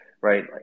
right